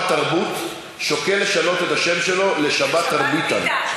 תרבות" שוקל לשנות את השם שלו ל"שבת תרביטן".